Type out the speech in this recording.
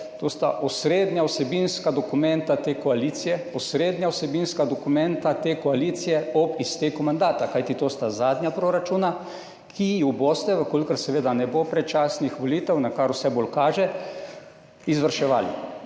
To sta osrednja vsebinska dokumenta te koalicije. Osrednja vsebinska dokumenta te koalicije ob izteku mandata, kajti to sta zadnja proračuna, ki ju boste, v kolikor seveda ne bo predčasnih volitev, na kar vse bolj kaže, izvrševali.